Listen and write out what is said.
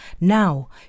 now